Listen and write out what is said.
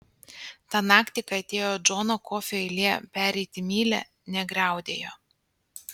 tą naktį kai atėjo džono kofio eilė pereiti mylia negriaudėjo